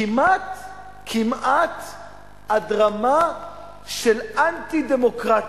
כמעט עד רמה של אנטי-דמוקרטית.